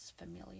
familiar